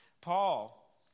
Paul